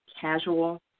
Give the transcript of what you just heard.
casual